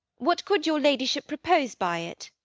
what could your ladyship propose by it?